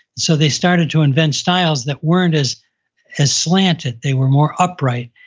so they started to invent styles that weren't as as slanted, they were more upright.